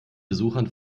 besuchern